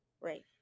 Right